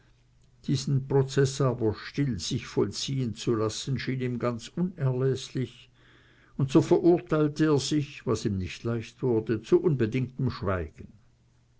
diesen prozeß aber sich still vollziehen zu lassen schien ihm ganz unerläßlich und so verurteilte er sich was ihm nicht leicht wurde zu unbedingtem schweigen